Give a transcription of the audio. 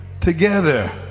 together